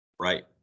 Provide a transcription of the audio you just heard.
Right